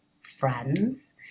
friends